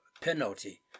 penalty